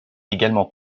également